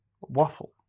Waffle